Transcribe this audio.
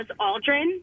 Aldrin